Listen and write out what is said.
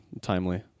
timely